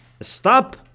stop